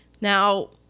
now